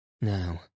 now